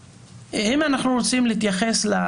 לכן, אם אנחנו נמצאים כאן